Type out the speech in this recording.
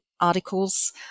articles